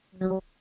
No